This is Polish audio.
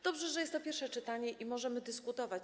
Dobrze, że jest to pierwsze czytanie i możemy dyskutować.